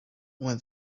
when